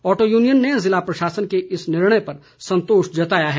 auto union ने ज़िला प्रशासन के इस निर्णय पर संतोष जताया है